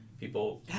People